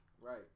right